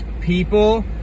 People